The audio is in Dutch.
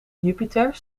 jupiter